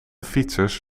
fietsers